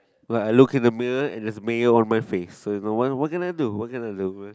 like I look at the mirror and there's mayo on my face so you know what can I do what can I do